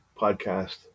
podcast